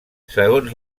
segons